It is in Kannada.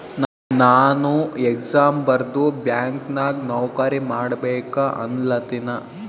ನಾನು ಎಕ್ಸಾಮ್ ಬರ್ದು ಬ್ಯಾಂಕ್ ನಾಗ್ ನೌಕರಿ ಮಾಡ್ಬೇಕ ಅನ್ಲತಿನ